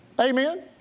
Amen